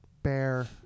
Bear